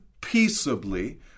Peaceably